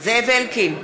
זאב אלקין,